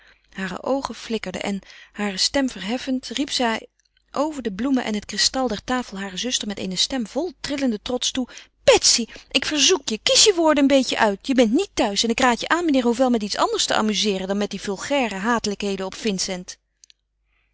hare oogen flikkerden en hare stem verheffend riep zij over de bloemen en het kristal der tafel hare zuster met eene stem vol trillenden trots toe betsy ik verzoek je kies je woorden een beetje uit je bent niet thuis en ik raad je aan meneer hovel met iets anders te amuzeeren dan met die vulgaire hatelijkheden op vincent